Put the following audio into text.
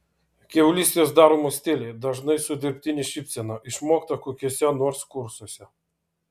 kiaulystės daromos tyliai dažnai su dirbtine šypsena išmokta kokiuose nors kursuose